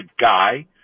guy